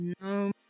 no